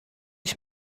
ich